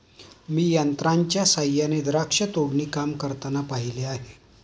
मी यंत्रांच्या सहाय्याने द्राक्ष तोडणी काम करताना पाहिले आहे